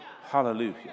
Hallelujah